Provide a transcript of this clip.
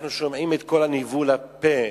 אנחנו שומעים את כל ניבול הפה,